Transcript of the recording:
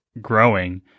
growing